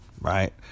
right